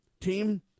team